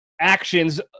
actions